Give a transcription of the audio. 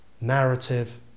narrative